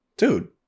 Dude